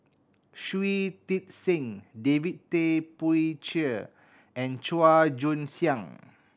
Shui Tit Sing David Tay Poey Cher and Chua Joon Siang